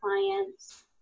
clients